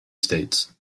states